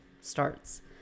starts